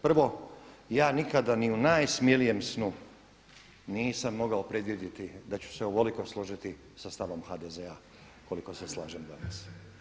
Prvo ja nikada ni u najsmlijem snu nisam mogao predvidjeti da ću se ovoliko složiti sa stavom HDZ-a koliko se slažem danas.